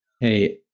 hey